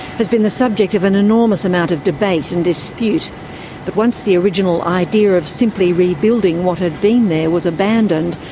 has been the subject of an enormous amount of debate and dispute. but once the original idea of simply rebuilding what had been there was abandoned,